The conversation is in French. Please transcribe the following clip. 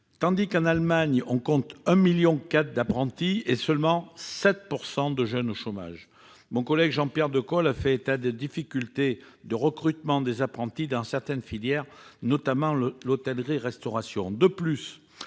tandis que l'Allemagne compte 1,4 million d'apprentis et seulement 7 % de jeunes au chômage. Mon collègue Jean-Pierre Decool a fait état des difficultés de recrutement des apprentis dans certaines filières, notamment l'hôtellerie-restauration.